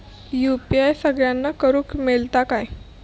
UPI सगळ्यांना करुक मेलता काय?